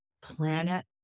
planet